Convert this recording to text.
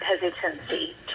hesitancy